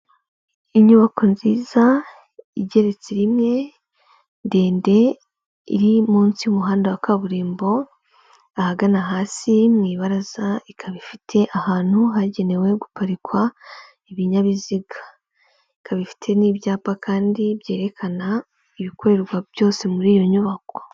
Inyubako nziza igeretse rimwe, ndende, iri munsi y'umuhanda wa kaburimbo, ahagana hasi mu ibaraza ikaba ifite ahantu hagenewe guparikwa ibinyabiziga. Ikaba ifite n'ibyapa kandi byerekana ibikorerwa byose muri iyo nyubako.